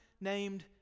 named